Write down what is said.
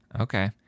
Okay